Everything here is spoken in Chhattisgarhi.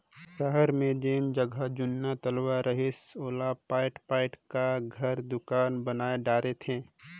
सहर मे जेन जग जुन्ना तलवा रहिस ओला पयाट पयाट क घर, दुकान बनाय डारे थे